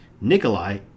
Nikolai